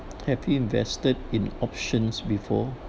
have you invested in options before